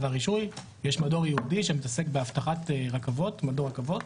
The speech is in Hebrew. מדור ייחודי שמטפל באבטחת רכבות, מדור רכבות.